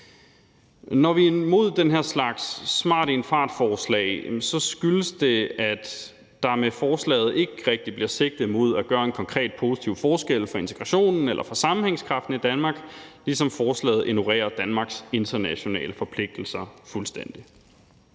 Når vi er imod den her slags smart i en fart-forslag, skyldes det, at der med forslaget ikke rigtig bliver sigtet imod at gøre en konkret positiv forskel for integrationen eller for sammenhængskraften i Danmark, ligesom forslaget ignorerer Danmarks internationale forpligtelser fuldstændig.